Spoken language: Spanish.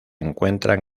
encuentran